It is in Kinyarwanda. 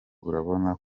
urabona